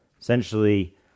essentially